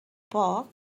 poc